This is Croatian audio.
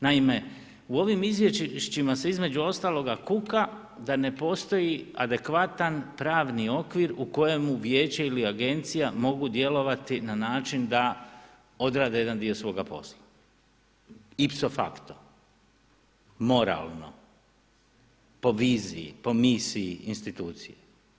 Naime, u ovim izvješćima se između ostaloga, kuka da ne postoji adekvatan pravni okvir u kojemu Vijeće ili Agencija mogu djelovati na način da odrade jedan dio svoga posla …/Govornik priča latinski./… moralno, po viziji, po misiji, instituciji.